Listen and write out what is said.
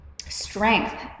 strength